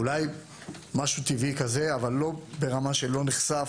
אולי משהו טבעי כזה אבל לא ברמה שהוא נחשף,